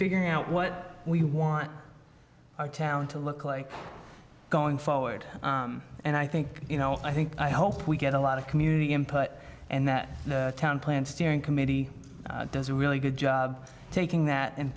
figuring out what we want our town to look like going forward and i think you know i think i hope we get a lot of community input and that town plan steering committee does a really good job taking that and